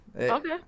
okay